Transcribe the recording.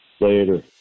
Later